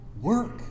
work